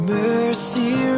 mercy